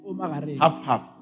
Half-half